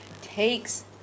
takes